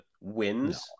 wins